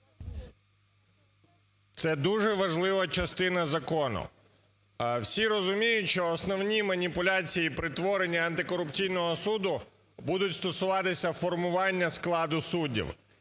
Це дуже важлива частина закону. Всі розуміють, що основні маніпуляції і перетворення антикорупційного суду будуть стосуватися формування складу суддів.